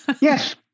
Yes